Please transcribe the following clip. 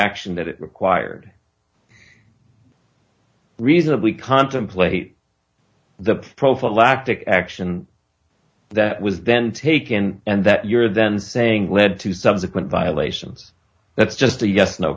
action that it required reasonably contemplate the prophylactic action that was then taken and that you are then saying led to subsequent violations that's just a yes no